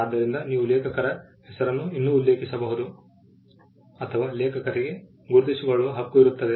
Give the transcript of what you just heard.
ಆದ್ದರಿಂದ ನೀವು ಲೇಖಕರ ಹೆಸರನ್ನು ಇನ್ನೂ ಉಲ್ಲೇಖಿಸಬಹುದು ಅಥವಾ ಲೇಖಕರಿಗೆ ಗುರುತಿಸಿಕೊಳ್ಳುವ ಹಕ್ಕು ಇರುತ್ತದೆ